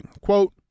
Quote